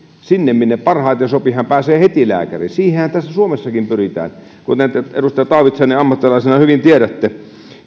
sinne minne parhaiten sopii hän pääsee heti lääkäriin siihenhän täällä suomessakin pyritään kuten edustaja taavitsainen ammattilaisena hyvin tiedätte